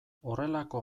horrelako